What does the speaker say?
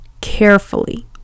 carefully